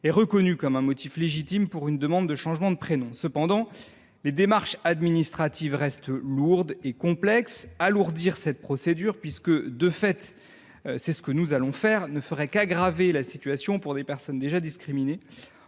est reconnue comme un « motif légitime » pour une demande de changement de prénom. Cependant, les démarches administratives restent lourdes et complexes. Alourdir cette procédure – de fait, c’est ce que nous allons faire – ne ferait qu’aggraver la situation pour des personnes déjà discriminées.